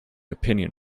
opinion